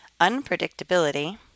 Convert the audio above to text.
unpredictability